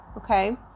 Okay